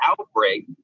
outbreak